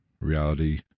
reality